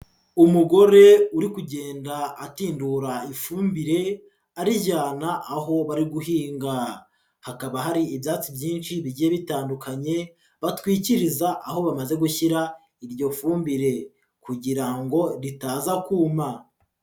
Umugore uri kugenda atindura ifumbire arijyana aho bari guhinga, hakaba hari ibyatsi byinshi bigiye bitandukanye batwikiriza aho bamaze gushyira iryo fumbire kugira ngo ritaza kuma.